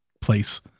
place